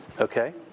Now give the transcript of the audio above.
okay